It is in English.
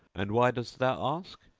and why dost thou ask?